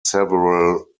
several